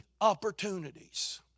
opportunities